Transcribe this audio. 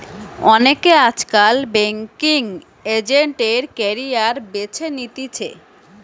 অনেকে আজকাল banking agent এর ক্যারিয়ার বেছে নিতেছে